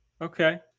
okay